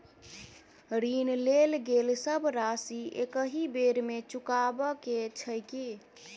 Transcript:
ऋण लेल गेल सब राशि एकहि बेर मे चुकाबऽ केँ छै की?